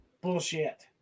Bullshit